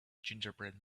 gingerbread